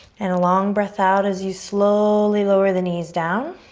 and a long breath out as you slowly lower the knees down.